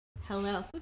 Hello